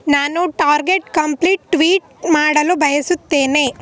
ನಾನು target complaint tweet ಬಯಸುತ್ತೇನೆ